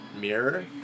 mirror